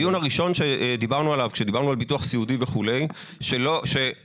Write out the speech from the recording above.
בדיון הראשון על ביטוח סיעודי וכולי ואמרנו